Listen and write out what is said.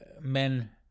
men